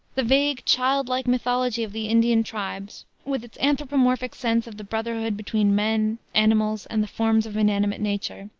the vague, childlike mythology of the indian tribes, with its anthropomorphic sense of the brotherhood between men, animals, and the forms of inanimate nature,